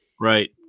Right